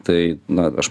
tai na aš